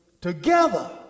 together